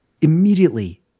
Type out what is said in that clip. Immediately